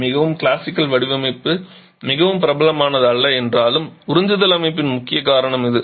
மிகவும் கிளாசிக்கல் வடிவமைப்பு மிகவும் பிரபலமானதல்ல என்றாலும் உறிஞ்சுதல் அமைப்பின் முக்கிய காரணம் இது